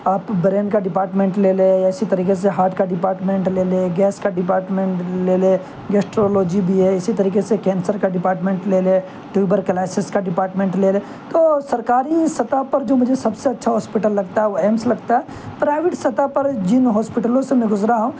آپ برین کا ڈپارٹمنٹ لے لے یا اسی طریقے سے ہارٹ کا ڈپارٹمنٹ لے لے گیس کا ڈپارٹمنٹ لے لے گیسٹرولوجی بھی ہے اسی طریقے سے کینسر کا ڈپارٹمنٹ لے لے ٹیوبرکلاسس کا ڈپارٹمنٹ لے لے تو سرکاری سطح پر جو مجھے سب سے اچھا ہاسپٹل لگتا ہے وہ ایمس لگتا ہے پرائیوٹ سطح پر جن ہاسپٹلوں سے میں گزرا ہوں